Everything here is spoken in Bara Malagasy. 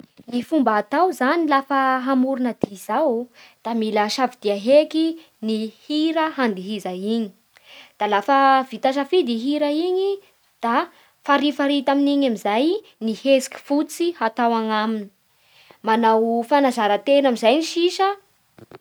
Ny fomba atao zany lafa hamorona dihy zao da mila safia heky ny hira handihiza igny da lafa, da lafa vita safidy hira igny da farifarita amin'igny amizay ny hetsiky fotsy hatao anaminy, manao fanazara-tena amin'izay sisa